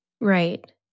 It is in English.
Right